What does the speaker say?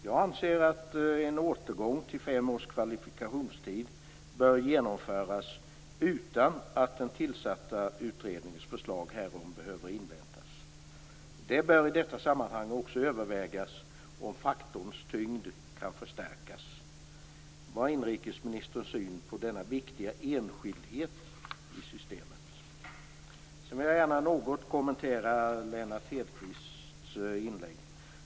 Jag anser att en återgång till fem års kvalifikationstid bör genomföras utan att den tillsatta utredningens förslag härom behöver inväntas. Det bör i detta sammanhang också övervägas om faktorns tyngd kan utökas. Vilken är inrikesministerns syn på denna viktiga enskildhet i systemet? Jag vill gärna också något kommentera Lennart Hedquists inlägg.